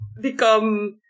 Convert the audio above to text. become